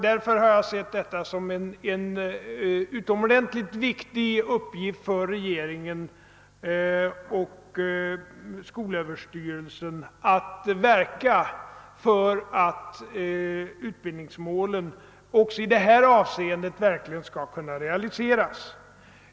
Därför har jag sett det som en utomordentligt viktig uppgift för regeringen och skolöverstyrelsen att arbeta för att utbildningsmålen också i detta avseende verkligen skall kunna realiseras.